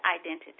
identity